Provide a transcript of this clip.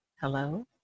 Hello